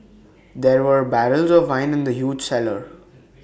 there were barrels of wine in the huge cellar